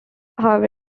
however